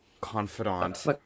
confidant